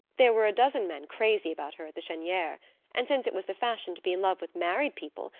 there were a dozen men crazy about her at the cheniere and since it was the fashion to be in love with married people,